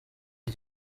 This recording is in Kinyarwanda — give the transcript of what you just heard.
iki